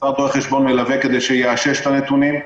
מלווה שיאשש את הנתונים.